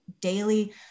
daily